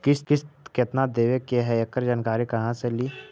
किस्त केत्ना देबे के है एकड़ जानकारी कहा से ली?